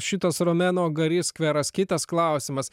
šitas romėno gali skveras kitas klausimas